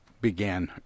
began